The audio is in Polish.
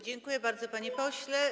Dziękuję bardzo, panie pośle.